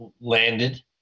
landed